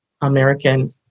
American